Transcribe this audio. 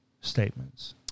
statements